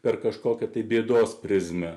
per kažkokią tai bėdos prizmę